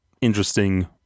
interesting